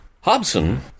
Hobson